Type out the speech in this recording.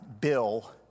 Bill